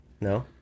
No